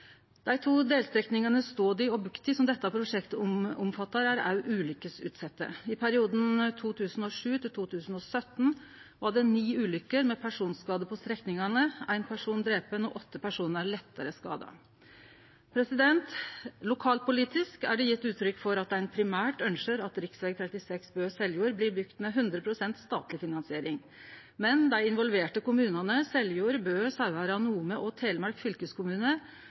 Dei to delstrekningane Stodi og Bukti, som dette prosjektet omfattar, er òg ulykkesutsette. I perioden 2007–2017 var det ni ulykker med personskade på strekningane, ein person blei drepen, og åtte personar blei lettare skadde. Lokalpolitisk er det gjeve uttrykk for at ein primært ønskjer at rv. 36 Bø–Seljord blir bygd med 100 pst. statleg finansiering, men dei involverte kommunane Seljord, Bø, Sauherad og Nome og Telemark fylkeskommune